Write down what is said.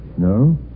No